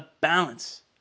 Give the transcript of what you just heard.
balance